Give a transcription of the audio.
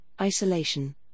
isolation